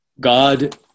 God